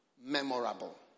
memorable